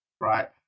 Right